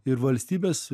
ir valstybės